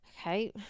Okay